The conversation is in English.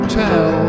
tell